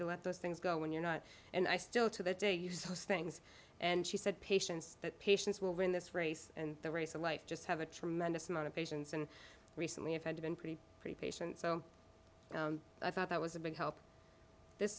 to let those things go when you're not and i still to that day you saw things and she said patience that patience will win this race and the race of life just have a tremendous amount of patience and recently it had been pretty pretty patient so i thought that was a big help this